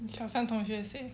小三同学 say